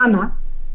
למה?